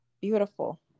Beautiful